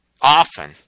often